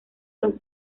los